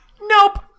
Nope